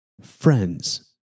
Friends